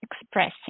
expressing